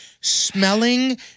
smelling